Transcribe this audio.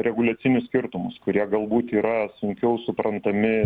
reguliacinius skirtumus kurie galbūt yra sunkiau suprantami